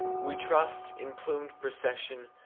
we trust, in plumed procession,